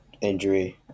injury